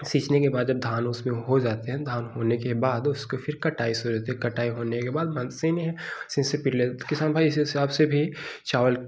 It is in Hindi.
सींचते के बाद जब धान हो जाते हैं धान होने के बाद उसको फ़िर कटाई शुरू हो जाती है कटाई होने के बाद किसान भाई इस हिसाब से भी चावल